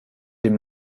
dem